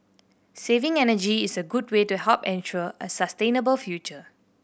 saving energy is a good way to help ensure a sustainable future